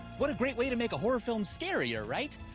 what a great way to make a horror film scarier, right?